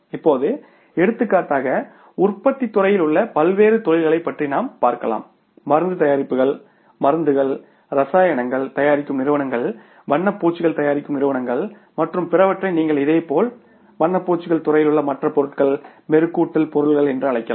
இப்போது எடுத்துக்காட்டாக உற்பத்தித் துறையில் உள்ள பல்வேறு தொழில்களைப் பற்றி நாம் பார்க்கலாம் மருந்து தயாரிப்புகள் மருந்துகள் ரசாயனங்கள் தயாரிக்கும் நிறுவனங்கள் வண்ணப்பூச்சுகள் தயாரிக்கும் நிறுவனங்கள் மற்றும் பிறவற்றை நீங்கள் இதேபோல் வண்ணப்பூச்சுக்கள் துறையில் உள்ள மற்ற பொருட்கள் மெருகூட்டல் பொருள் என்று அழைக்கலாம்